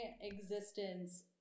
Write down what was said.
existence